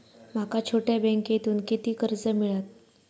माका छोट्या बँकेतून किती कर्ज मिळात?